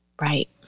Right